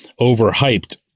overhyped